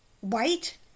white